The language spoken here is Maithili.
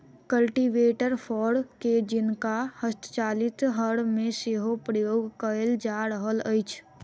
कल्टीवेटर फार के जेंका हस्तचालित हर मे सेहो प्रयोग कयल जा रहल अछि